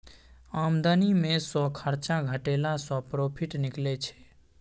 आमदनी मे सँ खरचा घटेला सँ प्रोफिट निकलै छै